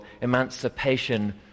emancipation